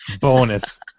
Bonus